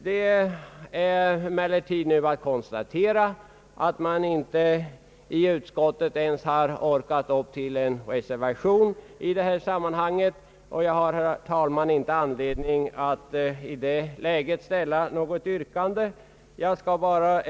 Det kan emellertid nu konstateras att man i utskottet inte ens orkat med en reservation i detta sammanhang. Jag har, herr talman, i det läget inte anledning att ställa något yrkande.